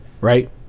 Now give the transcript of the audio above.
Right